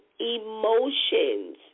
emotions